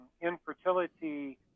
infertility